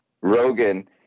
Rogan